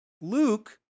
Luke